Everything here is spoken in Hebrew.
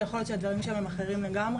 ויכול להיות שהדברים שם הם אחרים לגמרי.